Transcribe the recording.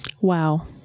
Wow